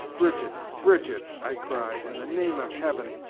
brigitte! brigitte! i cried, in the name of heaven,